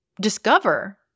discover